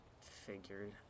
Figured